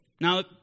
Now